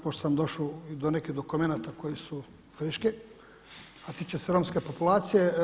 Pošto sam došao do nekih dokumenata koji su friški, a tiče se romske populacije.